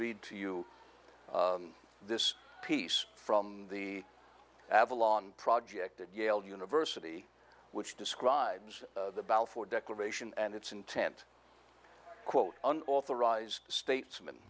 read to you this piece from the avalon project at yale university which describes the balfour declaration and its intent quote an authorized statesm